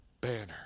banner